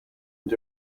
and